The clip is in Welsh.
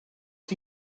wyt